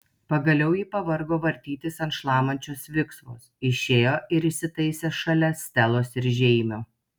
pagaliau ji pavargo vartytis ant šlamančios viksvos išėjo ir įsitaisė šalia stelos ir žeimio